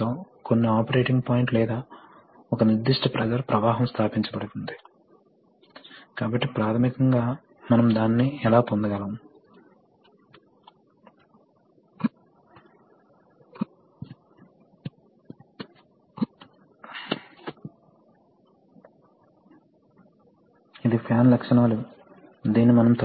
మీకు తెలుసు natural gas plant లలో ఇష్టపడతారు పేలుడు ప్రమాదం నుండి విముక్తి పొందటానికి న్యుమాటిక్